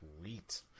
Sweet